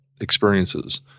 experiences